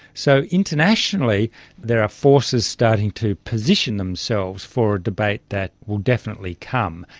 so internationally there are forces starting to position themselves for a debate that will definitely come.